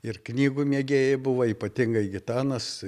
ir knygų mėgėjai buvo ypatingai gitanas